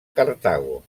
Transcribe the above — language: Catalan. cartago